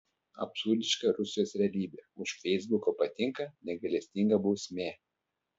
absurdiška rusijos realybė už feisbuko patinka negailestinga bausmė